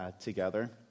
together